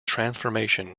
transformation